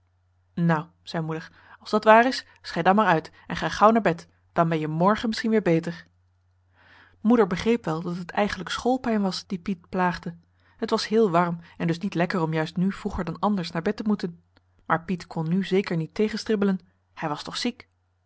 nou zei moeder als dat waar is schei dan maar uit en ga gauw naar bed dan ben je morgen misschien weer beter moeder begreep wel dat het eigenlijk schoolpijn was die piet plaagde het was heel warm en dus niet lekker om juist nu vroeger dan anders naar bed te moeten maar piet kon nu zeker niet tegenstribbelen hij was toch ziek